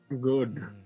Good